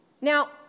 Now